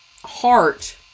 heart